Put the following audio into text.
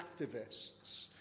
activists